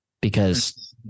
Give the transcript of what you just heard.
because-